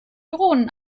drohnen